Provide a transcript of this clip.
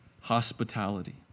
hospitality